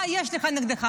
מה יש לך נגדי?